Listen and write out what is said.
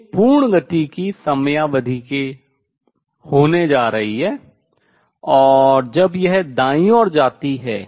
एक पूर्ण गति की समयावधि होने जा रही है जब यह दाईं ओर जाती है